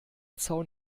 zaun